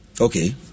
Okay